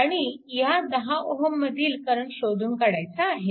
आणि ह्या 10 Ω मधील करंट शोधून काढायचा आहे